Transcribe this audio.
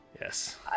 Yes